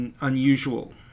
unusual